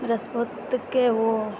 बृहस्पतिके ओ